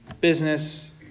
business